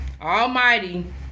Almighty